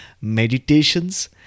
meditations